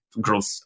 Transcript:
Growth